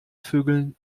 vögeln